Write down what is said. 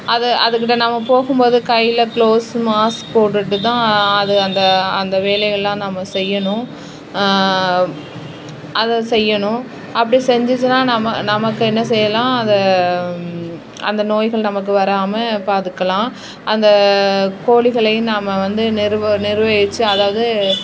அதை அதுக் கிட்ட நம்ம போகும் போது கையில் க்ளோஸு மாஸ்க் போட்டுட்டு தான் அதை அந்த அந்த வேலைகளெலாம் நாம்ம செய்யணும் அதை செய்யணும் அப்படி செஞ்சுச்சின்னா நம்ம நமக்கு என்ன செய்யலாம் அதை அந்த நோய்கள் நமக்கு வராமல் பார்த்துக்கலாம் அந்த கோழிகளையும் நாம் வந்து நிருவ நிர்வகிச்சி அதாவது